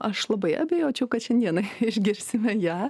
aš labai abejočiau kad šiandieną išgirsime ją